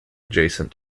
adjacent